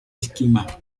schema